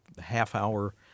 half-hour